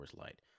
Light